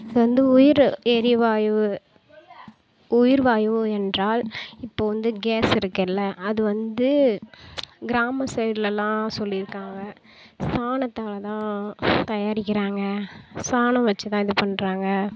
இப்போ வந்து உயிர் எரிவாய்வு உயிர்வாய்வு என்றால் இப்போ வந்து கேஸ் இருக்குதுல்ல அது வந்து கிராம சைட்லலாம் சொல்லிருக்காங்க சாணத்தால் தான் தயாரிக்கிறாங்க சாணம் வச்சு தான் இது பண்ணுறாங்க